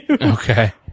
okay